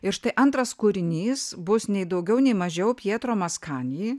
ir štai antras kūrinys bus nei daugiau nei mažiau pietro maskani